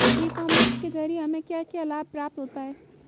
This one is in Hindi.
ई कॉमर्स के ज़रिए हमें क्या क्या लाभ प्राप्त होता है?